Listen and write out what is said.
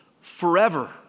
forever